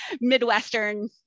Midwestern